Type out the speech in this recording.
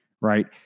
Right